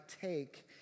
take